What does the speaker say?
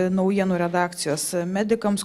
naujienų redakcijos medikams